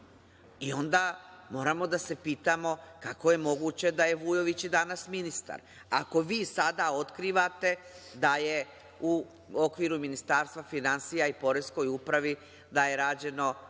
Onda moramo da se pitamo kako je moguće da je Vujović danas ministar, ako vi sada otkrivate da je u okviru Ministarstva i poreskoj upravi da je rađeno